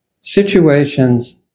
situations